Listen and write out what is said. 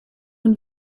und